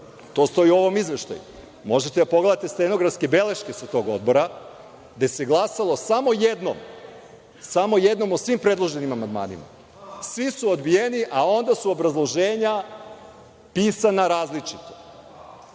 stoji u ovom izveštaju. Možete da pogledate stenografske beleške sa tog odbora gde se glasalo samo jednom o svim predloženim amandmanima. Svi su odbijeni, a onda su obrazloženja pisana različito.